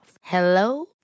Hello